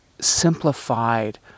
simplified